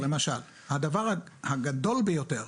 למשל הדבר הגדול ביותר,